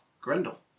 Grendel